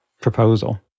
proposal